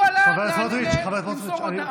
הוא עלה למסור הודעה,